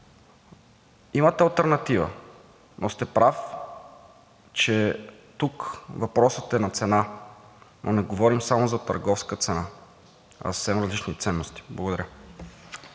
имат алтернатива, но сте прав, че тук въпросът е на цена – не говорим само за търговска цена, а за съвсем различни ценности. Благодаря.